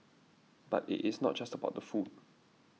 but it is not just about the food